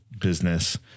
business